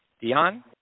Dion